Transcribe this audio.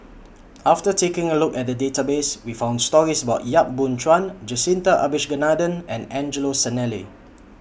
after taking A Look At The Database We found stories about Yap Boon Chuan Jacintha Abisheganaden and Angelo Sanelli